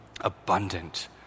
abundant